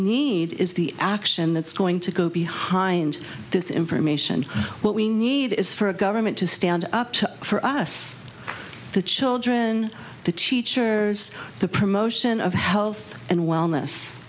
need is the action that's going to go behind this information what we need is for a government to stand up to for us the children the teachers the promotion of health and wellness